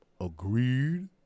Agreed